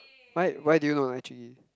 why why do you not like Jun-Yi